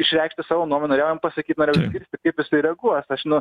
išreikšti savo nuomonę norėjau jam pasakyt norėjau išgirsti kaip jisai reaguos aš nu